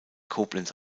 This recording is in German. koblenz